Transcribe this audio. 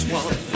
one